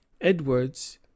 Edwards